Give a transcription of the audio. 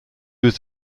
was